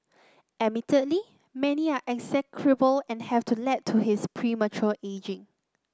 admittedly many are execrable and have to led to his premature ageing